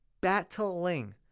battling